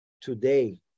Today